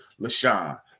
Lashawn